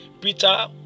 Peter